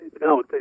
No